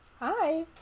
Hi